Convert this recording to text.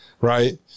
right